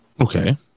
Okay